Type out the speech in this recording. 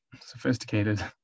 sophisticated